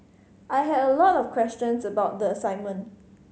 I had a lot of questions about the assignment